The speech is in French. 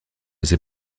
ses